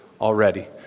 already